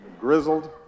grizzled